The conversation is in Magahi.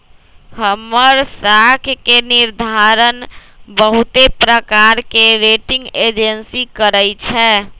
हमर साख के निर्धारण बहुते प्रकार के रेटिंग एजेंसी करइ छै